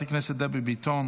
חברת הכנסת דבי ביטון,